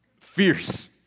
Fierce